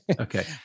Okay